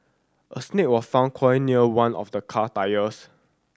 a snake was found coiled near one of the car tyres